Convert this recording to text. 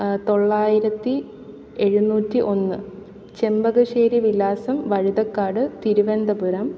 തൊള്ളായിരത്തി എഴുന്നൂറ്റി ഒന്ന് ചെമ്പകശ്ശേരി വിലാസം വഴുതക്കാട് തിരുവനന്തപുരം